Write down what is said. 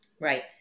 Right